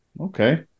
Okay